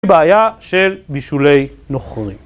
בעיה של בישולי נוכרים.